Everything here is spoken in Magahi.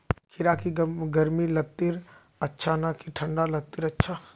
खीरा की गर्मी लात्तिर अच्छा ना की ठंडा लात्तिर अच्छा?